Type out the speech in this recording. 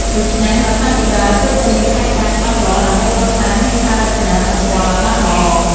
ដូច្នេះ រដ្ឋាភិបាលគួរតែមានផែនការច្បាស់លាស់ ដើម្បីកសាងហេដ្ឋារចនាសម្ព័ន្ធឱ្យបានល្អ។